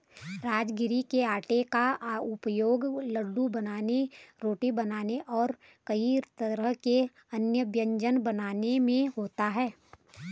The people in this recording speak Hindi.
राजगिरा के आटे का उपयोग लड्डू बनाने रोटी बनाने और कई तरह के अन्य व्यंजन बनाने में होता है